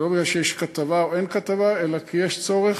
זה לא מפני שיש כתבה או אין כתבה, אלא כי יש צורך